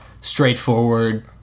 straightforward